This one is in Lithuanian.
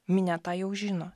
minia tą jau žino